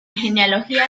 genealogía